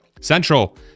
Central